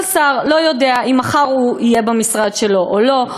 כל שר לא יודע אם מחר הוא יהיה במשרד שלו או לא,